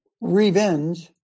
revenge